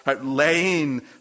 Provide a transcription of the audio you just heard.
laying